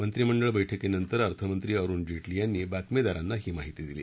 मंत्रिमंडळा बैठकीनंतर अर्थमंत्री अरुण जेटली यांनी बातमीदारांना ही माहिती दिली